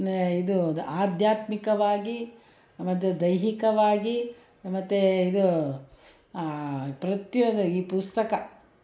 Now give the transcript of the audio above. ಅ ಇದು ಆಧ್ಯಾತ್ಮಿಕವಾಗಿ ಒಂದು ದೈಹಿಕವಾಗಿ ಮತ್ತು ಇದು ಪ್ರತಿಯೊಂದು ಈ ಪುಸ್ತಕ